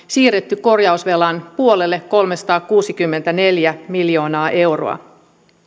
siirretty korjausvelan puolelle kolmesataakuusikymmentäneljä miljoonaa euroa